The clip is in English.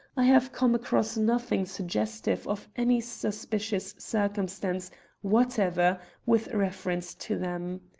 i have come across nothing suggestive of any suspicious circumstance whatever with reference to them.